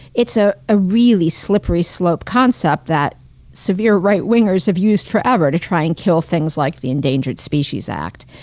it's ah a really slippery slope concept, that severe right-wingers have used forever to try and kill things like the endangered species act.